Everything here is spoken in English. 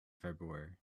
february